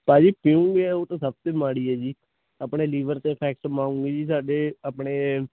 ਭਾਜੀ ਪੀਉਗੇ ਉਹ ਤਾਂ ਸਭ ਤੋਂ ਮਾੜੀ ਹੈ ਜੀ ਆਪਣੇ ਲੀਵਰ 'ਤੇ ਇਫੈਕਟ ਪਾਊਗੀ ਜੀ ਸਾਡੇ ਆਪਣੇ